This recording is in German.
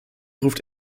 ruft